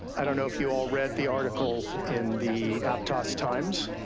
i don't know if you all read the article in the aptos times.